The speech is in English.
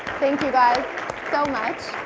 thank you guys so much.